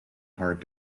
hard